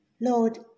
Lord